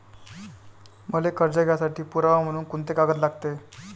मले कर्ज घ्यासाठी पुरावा म्हनून कुंते कागद लागते?